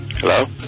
Hello